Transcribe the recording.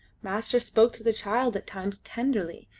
master spoke to the child at times tenderly,